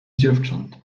dziewcząt